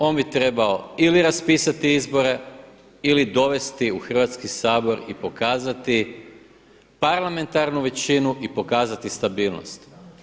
On bi trebao ili raspisati izbore ili dovesti u Hrvatski sabor i pokazati parlamentarnu većinu i pokazati stabilnost.